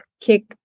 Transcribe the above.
kick